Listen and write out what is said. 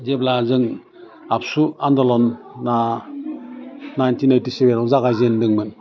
जेब्ला जों आबसु आन्ड'लना नाइनटिन ओइटिसेभेनाव जागायजेन्दोंमोन